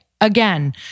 again